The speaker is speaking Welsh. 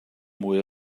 mwy